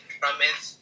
promise